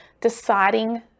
deciding